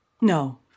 No